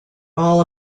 all